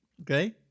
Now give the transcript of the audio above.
okay